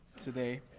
today